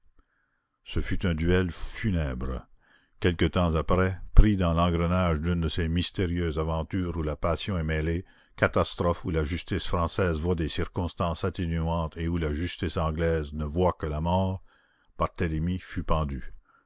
ce fut un duel funèbre quelque temps après pris dans l'engrenage d'une de ces mystérieuses aventures où la passion est mêlée catastrophes où la justice française voit des circonstances atténuantes et où la justice anglaise ne voit que la mort barthélemy fut pendu